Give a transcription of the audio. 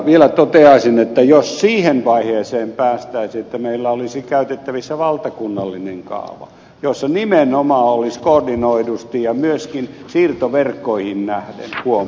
vielä toteaisin että jos siihen vaiheeseen päästäisiin että meillä olisi käytettävissä valtakunnallinen kaava jossa nimenomaan olisi koordinoidusti ja myöskin siirtoverkkoihin nähden huom